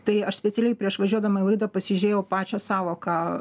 tai aš specialiai prieš važiuodama į laidą pasižiūrėjau pačią sąvoką